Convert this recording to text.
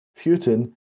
Putin